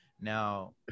Now